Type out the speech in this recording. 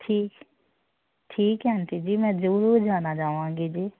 ਠੀਕ ਠੀਕ ਹੈ ਆਂਟੀ ਜੀ ਮੈਂ ਜਰੂਰ ਜਾਣਾ ਚਾਹਾਂਗੀ ਜੀ